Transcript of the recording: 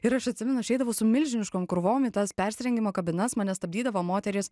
ir aš atsimenu aš eidavau su milžiniškom krūvom į tas persirengimo kabinas mane stabdydavo moterys